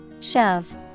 Shove